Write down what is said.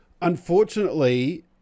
unfortunately